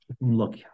look